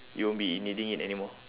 you won't be needing it anymore